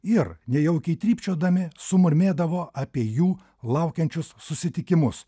ir nejaukiai trypčiodami sumurmėdavo apie jų laukiančius susitikimus